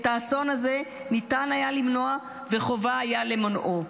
את האסון הזה ניתן היה למנוע, וחובה היה למנעו".